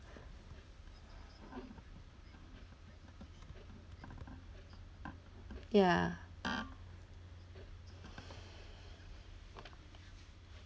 ya